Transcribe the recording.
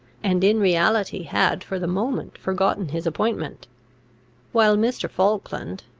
and in reality had for the moment forgotten his appointment while mr. falkland,